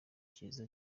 cyiza